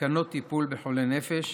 תקנות טיפול בחולי נפש,